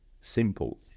Simple